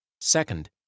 Second